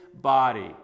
body